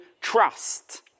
trust